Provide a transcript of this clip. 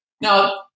now